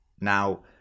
Now